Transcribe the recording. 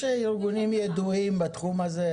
יש ארגונים ידועים בתחום הזה,